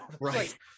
right